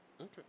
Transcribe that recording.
Okay